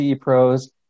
pros